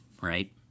right